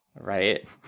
right